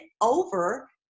over